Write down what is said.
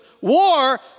war